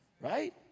Right